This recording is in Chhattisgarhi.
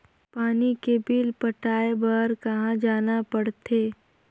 पानी के बिल पटाय बार कहा जाना पड़थे?